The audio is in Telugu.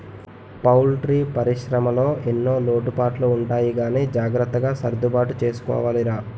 పౌల్ట్రీ పరిశ్రమలో ఎన్నో లోటుపాట్లు ఉంటాయి గానీ జాగ్రత్తగా సర్దుబాటు చేసుకోవాలిరా